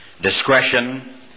discretion